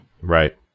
Right